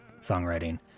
songwriting